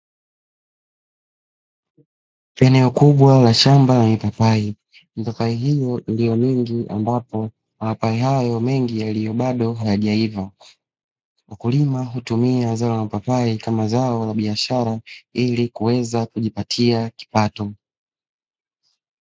Eneo kubwa la shamba la mipapai, mipapai hiyo ndio mingi ambapo mapapai hayo mengi yaliyo bado hayajaiva. Mkulima hutumia zao la mapapai kama zao la biashara ili kuweza kujipatia kipato.